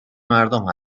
مردم